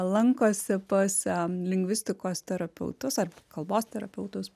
lankosi pas a lingvistikos terapeutus ar kalbos terapeutus